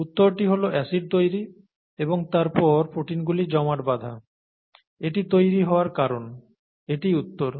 উত্তরটি হল অ্যাসিড তৈরি এবং তারপর প্রোটিনগুলি জমাট বাধা এটি তৈরি হওয়ার কারণ এটিই উত্তর